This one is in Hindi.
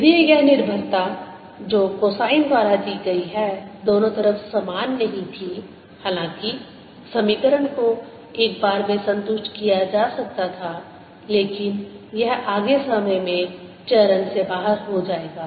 यदि यह निर्भरता जो कोसाइन द्वारा दी गई है दोनों तरफ समान नहीं थी हालांकि समीकरण को एक बार में संतुष्ट किया जा सकता था लेकिन यह आगे समय में चरण से बाहर हो जाएगा